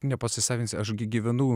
nepasisavins aš gi gyvenu